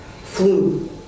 flu